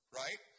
right